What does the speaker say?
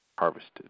harvested